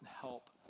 help